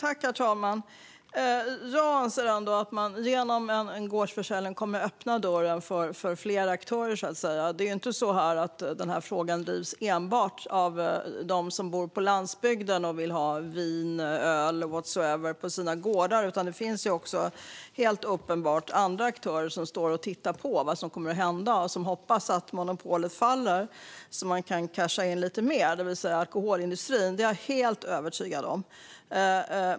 Herr talman! Jag anser ändå att man genom gårdsförsäljning kommer att öppna dörren för fler aktörer. Denna fråga drivs inte enbart av dem som bor på landsbygden och som vill ha vin, öl eller whatsoever på sina gårdar, utan det finns helt uppenbart andra aktörer som står och tittar på vad som kommer att hända och som hoppas att monopolet ska falla så att de kan casha in lite mer. Det är alltså alkoholindustrin. Det är jag helt övertygad om.